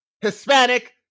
Hispanic